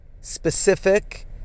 specific